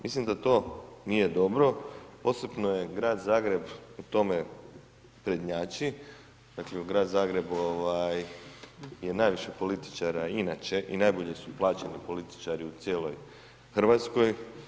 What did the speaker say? Mislim da to nije dobro, posebno je Grad Zagreb po tome prednjači, dakle u Grad Zagrebu ovaj je najviše političara inače i najbolje su plaćeni političari u cijeloj Hrvatskoj.